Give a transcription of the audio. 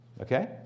Okay